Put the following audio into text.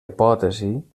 hipòtesi